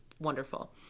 Wonderful